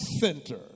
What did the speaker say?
center